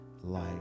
light